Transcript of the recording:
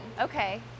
Okay